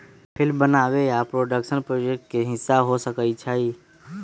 film बनाबे आ production project के हिस्सा हो सकइ छइ